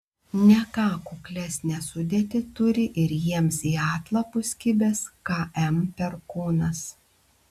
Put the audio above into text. ne ką kuklesnę sudėtį turi ir jiems į atlapus kibęs km perkūnas